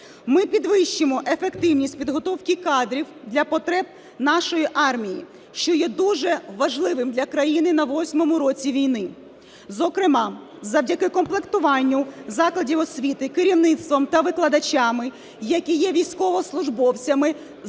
Ми підвищимо ефективність підготовки кадрів для потреб нашої армії, що є дуже важливим для країни на восьмому році війни. Зокрема, завдяки комплектуванню закладів освіти керівництвом та викладачами, які є військовослужбовцями